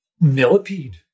millipede